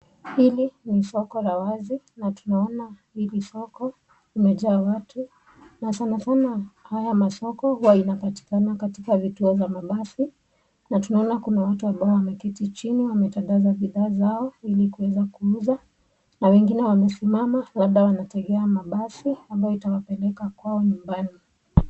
Hili ni soko la wazi, na tunaona hili soko, kumejaa watu, na sanasana hii masoko yanapatikana katika vituo ya mabasi, na tunaona kuna watu ambao wameketi chini, wametandaza bidhaa zao ili kuweza kuuza na wengine wamesimama, labda mametegea mabasi ambayo itawapeleka kwao nyumbani.